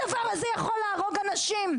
הדבר הזה יכול להרוג אנשים.